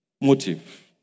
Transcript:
motive